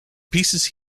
pieces